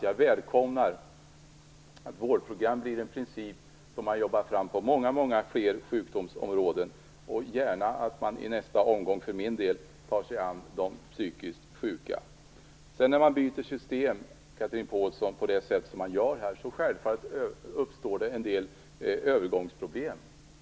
Jag välkomnar att vårdprogram blir något som man jobbar fram på många fler sjukdomsområden, och för min del gärna får man gärna ta sig an de psykiskt sjuka nästa gång. När man byter system på det sätt man gör här, Chatrine Pålsson, uppstår självfallet en del övergångsproblem.